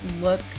look